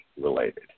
related